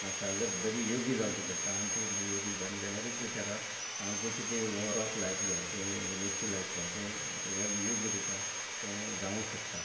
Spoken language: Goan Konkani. मशागत बरी योग्य जावची पडटा आनी तीं योग्य जाली जाल्यारच तेका हांव जे किते हो रोप लायतलो ते मिर्ची लायतलो तें योग्य रित्या जावूं शकता